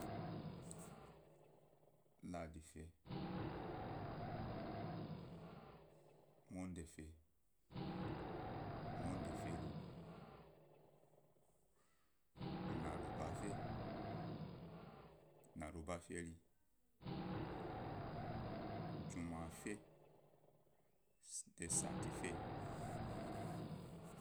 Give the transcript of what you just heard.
Ladi fe mode fe mode feri naru ba fe naru ba feri juma fe de sati fe